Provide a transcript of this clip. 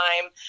time